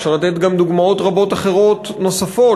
אפשר לתת גם דוגמאות רבות אחרות נוספות